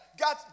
God